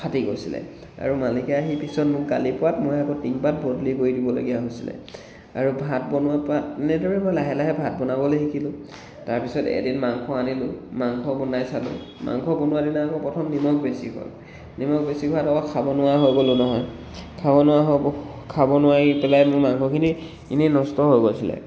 ফাটি গৈছিলে আৰু মালিকে আহি পিছত মোক গালি পৰাত মই আকৌ টিনপাত বদলি কৰি দিবলগীয়া হৈছিলে আৰু ভাত বনোৱাৰ পৰা এনেদৰেই মই লাহে লাহে ভাত বনাবলৈ শিকিলোঁ তাৰ পিছত এদিন মাংস আনিলোঁ মাংস বনাই চালোঁ মাংস বনোৱা দিনা আকৌ প্ৰথম নিমখ বেছি হ'ল নিমখ বেছি হোৱাত অকৌ খাব নোৱাৰা হৈ গ'লোঁ নহয় খাব নোৱাৰা হৈ খাব নোৱাৰি পেলাই মোৰ মাংসখিনি এনেই নষ্ট হৈ গৈছিলে